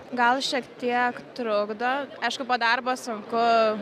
gal šiek tiek trukdo aišku po darbo sunku